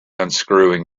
unscrewing